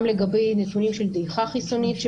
גם לגבי נתונים של דעיכה חיצונית,